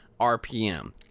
RPM